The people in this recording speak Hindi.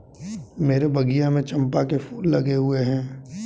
मेरे बगिया में चंपा के फूल लगे हुए हैं